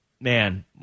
man